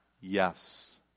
Yes